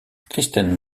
kristen